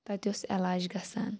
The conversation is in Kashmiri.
تتہِ اوس علاج گَژھان